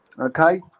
okay